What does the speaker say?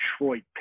Detroit